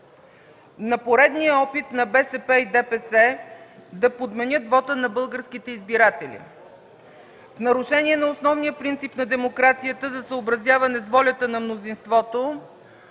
на поредния опит на БСП и ДПС да подменят вота на българските избиратели. В нарушение на основния принцип на демокрацията за съобразяване с волята на мнозинството,